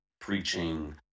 preaching